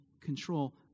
control